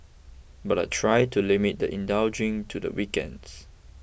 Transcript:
but I try to limit the indulging to the weekends